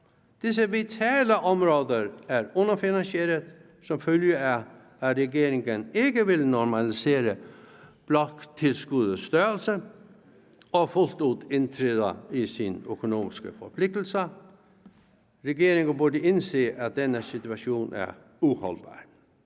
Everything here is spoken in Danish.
Disse vitale områder er underfinansierede, som følge af at regeringen ikke vil normalisere bloktilskuddets størrelse og fuldt ud indtræde i sin økonomiske forpligtelse. Regeringen burde indse, at denne situation er uholdbar.